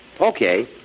Okay